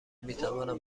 میتوانم